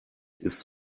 ist